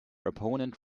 opponent